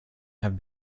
have